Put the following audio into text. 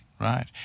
Right